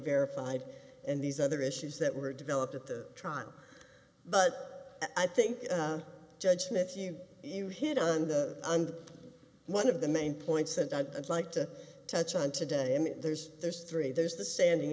verified and these other issues that were developed at the trial but i think judgments you even hit on the and one of the main points and i'd like to touch on today i mean there's there's three there's the sanding